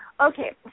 Okay